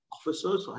Officers